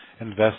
invest